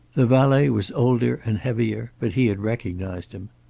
the valet was older and heavier, but he had recognized him.